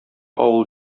авыл